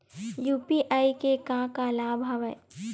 UPI के का का लाभ हवय?